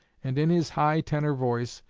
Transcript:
and in his high tenor voice,